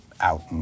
out